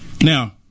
Now